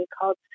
called